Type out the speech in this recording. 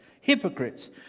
hypocrites